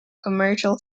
commercial